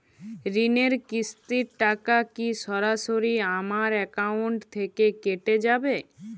ঋণের কিস্তির টাকা কি সরাসরি আমার অ্যাকাউন্ট থেকে কেটে যাবে?